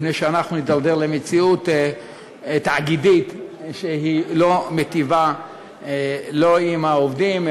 לפני שאנחנו נתדרדר למציאות תאגידית שהיא לא מיטיבה עם העובדים,